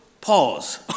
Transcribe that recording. pause